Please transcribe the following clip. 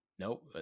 Nope